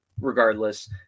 regardless